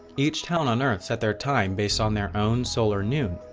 each town on earth set their time based on their own solar noon.